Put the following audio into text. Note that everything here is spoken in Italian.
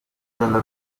della